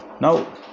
now